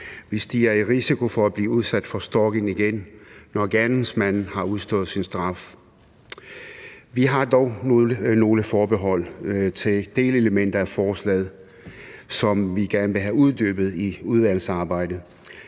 de er i risiko for at blive udsat for stalking igen, når gerningsmanden har udstået sin straf. Vi har dog nogle forbehold over for delelementer af forslaget, som vi gerne vil have uddybet i udvalgsarbejdet.